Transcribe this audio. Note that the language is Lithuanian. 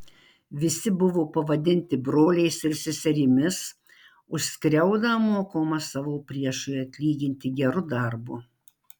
visi buvo pavadinti broliais ir seserimis už skriaudą mokoma savo priešui atlyginti geru darbu